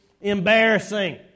embarrassing